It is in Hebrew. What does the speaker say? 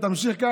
לכן,